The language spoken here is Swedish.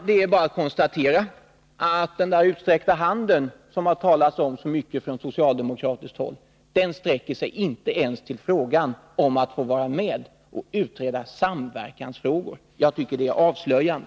Det är bara att konstatera att den där utsträckta handen, som det har talats så mycket om från socialdemokratiskt håll, inte ens sträcker sig till frågan om att vi skall få vara med och utreda samverkansfrågor. Jag tycker det är avslöjande.